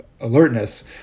alertness